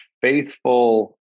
faithful